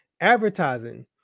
advertising